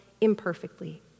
imperfectly